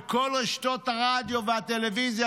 בכל רשתות הרדיו והטלוויזיה,